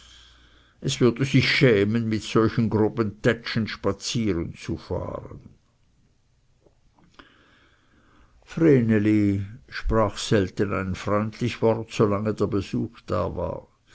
es würde sich schämen mit solchen groben tätschen spazieren zu fahren vreneli sprach selten ein freundlich wort solange der besuch da war